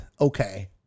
okay